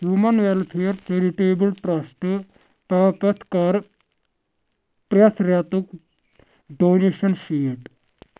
human welfare charitable trust پاپتھ کر پرٛٮ۪تھ رٮ۪تُک ڈونیشن شیٖٹ